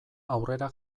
aurrera